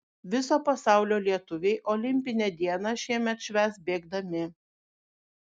viso pasaulio lietuviai olimpinę dieną šiemet švęs bėgdami